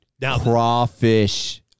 Crawfish